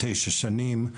9 שנים,